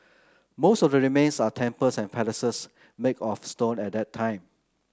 most of the remains are temples and palaces make of stone at that time